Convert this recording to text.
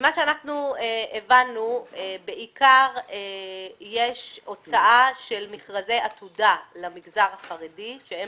ממה שאנחנו הבנו בעיקר יש הוצאה של מכרזי עתודה למגזר החרדי שהם